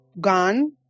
gone